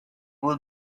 will